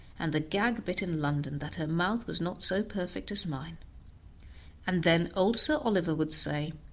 and the gag bit in london, that her mouth was not so perfect as mine and then old sir oliver would say,